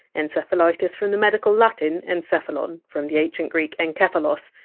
encephalitis from the medical latin encephalon from the ancient greek and egkephalos,